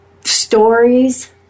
stories